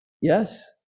Yes